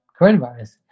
coronavirus